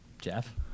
Jeff